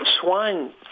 swine